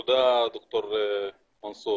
תודה, ד"ר מנסור,